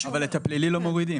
אבל את הפלילי לא מורידים.